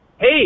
Hey